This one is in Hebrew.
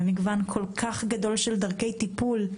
ומגוון כל כך גדול של דרכי טיפול.